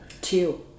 Two